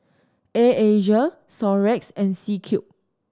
Air Asia Xorex and C Cube